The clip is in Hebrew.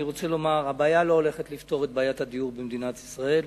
אני רוצה לומר שההצעה לא הולכת לפתור את בעיית הדיור במדינת ישראל.